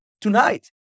tonight